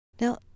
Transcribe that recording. Now